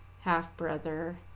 half-brother